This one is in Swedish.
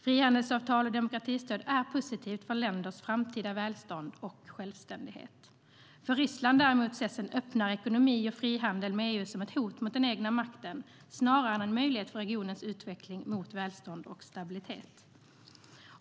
Frihandelsavtal och demokratistöd är positivt för länders framtida välstånd och självständighet.I Ryssland däremot ses en öppnare ekonomi och frihandel med EU som ett hot mot den egna makten snarare än som en möjlighet för regionens utveckling mot välstånd och stabilitet.